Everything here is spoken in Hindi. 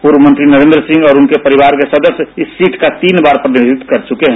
पूर्व मंत्री नरेंद्र सिंह और उनके परिवार के सदस्य इस सीट का तीन बार प्रतिनिधित्व कर चुके हैं